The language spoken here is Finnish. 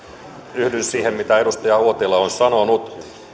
yhdyn siihen mitä edustaja uotila on sanonut